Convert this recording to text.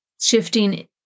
shifting